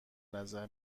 نظر